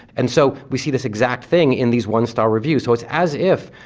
and so we see this exact thing in these one star reviews, so it's as if,